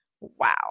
Wow